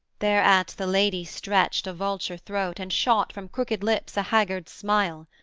thereat the lady stretched a vulture throat, and shot from crooked lips a haggard smile.